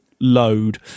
load